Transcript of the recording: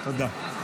תודה.